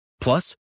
Plus